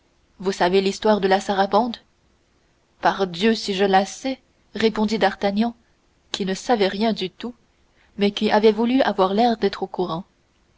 vous savez l'histoire de la sarabande pardieu si je la sais répondit d'artagnan qui ne savait rien du tout mais qui voulait avoir l'air d'être au courant